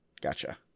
gotcha